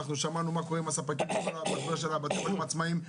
אנחנו שמענו מה קורה עם הספקים של בתי החולים העצמאיים,